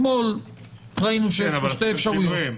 עשיתם שינויים.